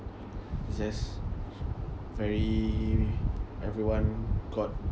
it’s just very everyone got